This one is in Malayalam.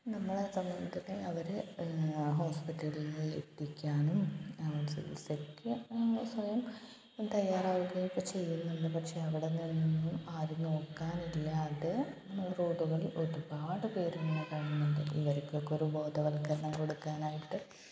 നമ്മൾ കൊണ്ടൊക്കെ അവര് ഹോസ്പിറ്റലിൽ എത്തിക്കാനും ചികിത്സക്ക് സ്വയം തയ്യാറാവുകയൊക്കെ ചെയ്യുന്നുണ്ട് പക്ഷേ അവിടെ നിന്നും ആരും നോക്കാനില്ലാണ്ട് നമ്മുടെ റോഡുകളിൽ ഒരുപാട് പേരിങ്ങനെ കാണുന്നുണ്ട് ഇവർക്കൊക്കെ ഒരു ബോധവൽക്കരണം കൊടുക്കാനായിട്ട്